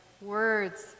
words